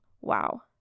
Wow